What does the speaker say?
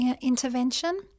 intervention